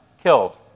killed